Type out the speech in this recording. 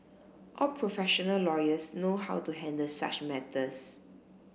all professional lawyers know how to handle such matters